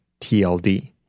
tld